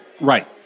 Right